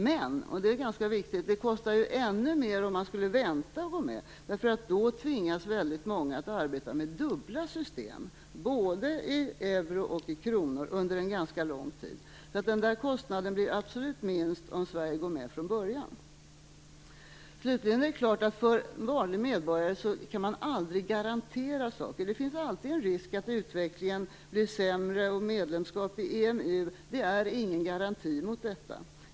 Men - och det är ganska viktigt - det kostar ännu mer om man skulle vänta med att gå med, eftersom väldigt många då skulle tvingas att arbeta med dubbla system, både i euro och i kronor, under en ganska lång tid. Den där kostnaden blir därför absolut minst om Sverige går med från början. Det är slutligen klart att man för en vanlig medborgare aldrig kan garantera någonting. Det finns alltid en risk för att utvecklingen blir sämre, och medlemskap i EMU är ingen garanti mot detta.